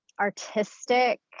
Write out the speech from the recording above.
artistic